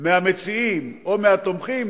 מהמציעים או מהתומכים